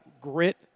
grit